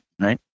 Right